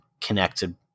connected